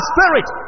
Spirit